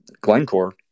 Glencore